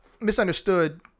misunderstood